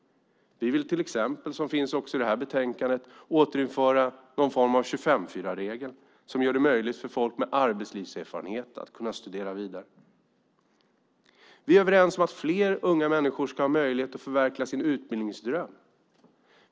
Vi vill till exempel, och det tas upp i betänkandet, återinföra någon form av 25:4-regel som gör det möjligt för folk med arbetslivserfarenhet att studera vidare. Vi är överens om att fler unga människor ska ha möjlighet att förverkliga sin utbildningsdröm.